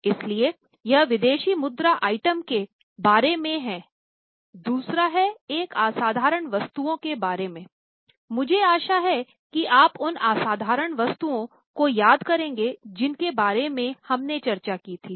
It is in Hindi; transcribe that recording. इसलिए यह विदेशी मुद्रा आइटम के बारे में है दूसरा है एक असाधारण वस्तुओं के बारे में है मुझे आशा है कि आप उन असाधारण वस्तुओं को याद करेंगे जिनके बारे में हमने चर्चा की थी